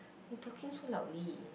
you talking so loudly